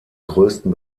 größten